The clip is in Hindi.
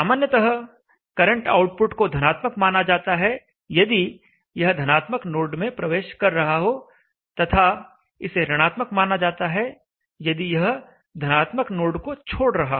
सामान्यतः करंट आउटपुट को धनात्मक माना जाता है यदि यह धनात्मक नोड में प्रवेश कर रहा हो तथा इसे ऋणात्मक माना जाता है यदि यह धनात्मक नोड को छोड़ रहा हो